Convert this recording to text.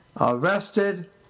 arrested